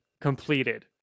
completed